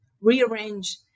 rearrange